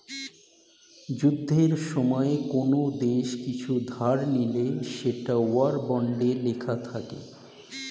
যুদ্ধের সময়ে কোন দেশ কিছু ধার নিলে সেটা ওয়ার বন্ডে লেখা থাকে